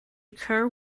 occur